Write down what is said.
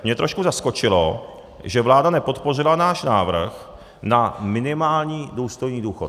Mě trošku zaskočilo, že vláda nepodpořila náš návrh na minimální důstojný důchod.